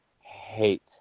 hate